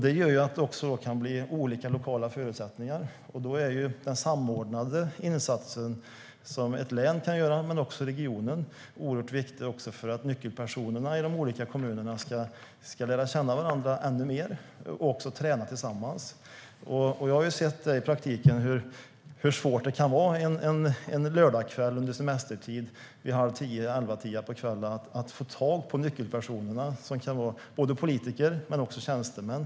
Det gör att det kan bli olika lokala förutsättningar. Då kan den samordnade insats som ett län men också regionen kan göra vara oerhört viktig för att nyckelpersonerna i de olika kommunerna ska lära känna varandra mer och träna tillsammans. Jag har sett i praktiken hur svårt det kan vara en lördagskväll under semestertiden vid 22-tiden att få tag på nyckelpersoner som kan vara både politiker och tjänstemän.